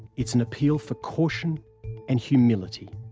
it's an appeal for caution and humility.